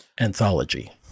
anthology